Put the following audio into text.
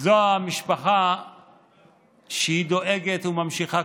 זו המשפחה שדואגת וממשיכה.